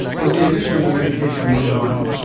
was the addition of the medication worth the money?